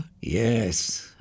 Yes